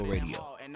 Radio